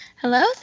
Hello